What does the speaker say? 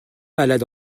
malade